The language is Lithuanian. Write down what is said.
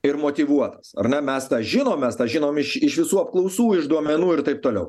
ir motyvuota ar ne mes tą žinom mes žinom iš iš visų apklausų iš duomenų ir taip toliau